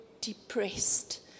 depressed